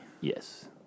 Yes